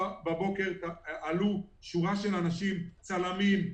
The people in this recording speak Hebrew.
הבוקר עלתה שורה של אנשים: צלמים,